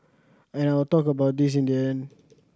and I will talk about this in the end